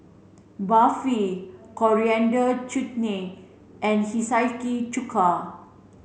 Barfi Coriander Chutney and Hiyashi chuka